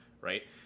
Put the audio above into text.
Right